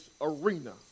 arena